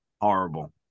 Horrible